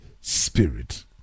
spirit